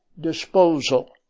disposal